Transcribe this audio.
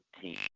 team